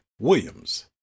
Williams